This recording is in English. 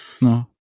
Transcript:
No